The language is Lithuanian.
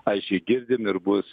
aišiai girdim ir bus